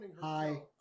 Hi